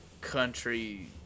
country